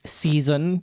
season